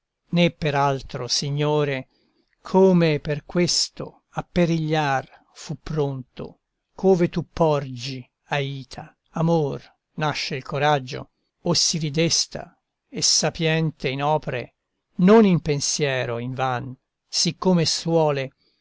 per altro signore come per questo a perigliar fu pronto ch'ove tu porgi aita amor nasce il coraggio o si ridesta e sapiente in opre non in pensiero invan siccome suole